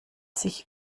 sich